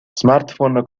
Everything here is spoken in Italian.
smartphone